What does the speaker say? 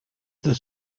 the